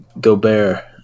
Gobert